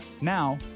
Now